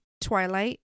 twilight